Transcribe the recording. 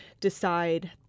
decide